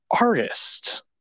artist